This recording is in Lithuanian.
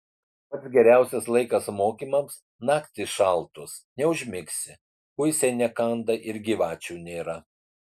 pats geriausias laikas mokymams naktys šaltos neužmigsi kuisiai nekanda ir gyvačių nėra